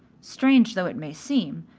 strange though it may seem,